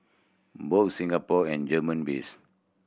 both Singapore and German based